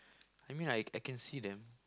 I mean I I can see them